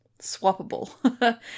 swappable